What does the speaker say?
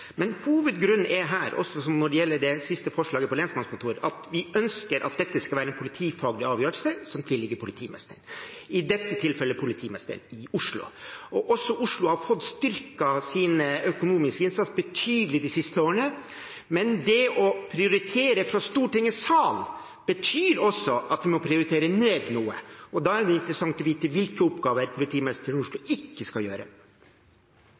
Men hovedgrunnen er her også – som ved det siste forslaget om lensmannskontor – at vi ønsker at dette skal være en politifaglig avgjørelse som det tilligger politimesteren å ta, i dette tilfellet politimesteren i Oslo. Også Oslo har fått en betydelig styrking av den økonomiske innsatsen de siste årene, men det å prioritere fra Stortingets sal betyr også at man må prioritere ned noe. Da er det interessant å få vite hvilke oppgaver politimesteren i Oslo ikke skal gjøre.